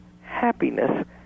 happiness